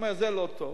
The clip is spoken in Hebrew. הוא אומר: זה לא טוב.